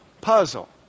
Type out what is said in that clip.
puzzle